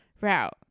route